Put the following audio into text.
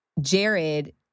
Jared